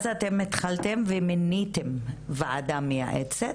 אז אתם התחלתם ומיניתם ועדה מייעצת.